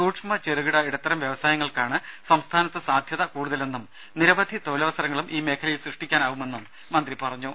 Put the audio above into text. സൂക്ഷ്മ ചെറുകിട ഇടത്തരം വ്യവസായങ്ങൾക്കാണ് സംസ്ഥാനത്ത് സാധ്യത കൂടുതലെന്നും നിരവധി തൊഴിലവസരങ്ങളും ഈ മേഖലയിൽ സ്വഷ്ടിക്കാനാവുമെന്നും മന്ത്രി പറഞ്ഞു